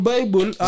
Bible